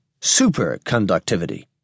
superconductivity